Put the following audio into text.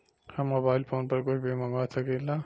हम mobile phone पर कुछ भी मंगवा सकिला?